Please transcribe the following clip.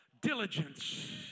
diligence